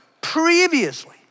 previously